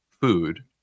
food